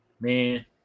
man